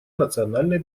национальной